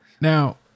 Now